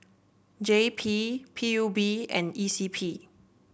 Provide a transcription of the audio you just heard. J P P U B and E C P